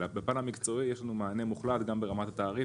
בפן המקצועי יש לנו מענה מוחלט גם ברמת התעריף